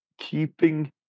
keeping